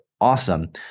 awesome